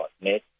net